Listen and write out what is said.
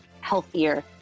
healthier